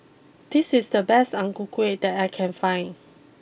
this is the best Ang Ku Kueh that I can find